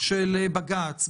של בג"ץ,